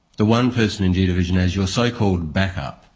the one person in g division as your so-called backup,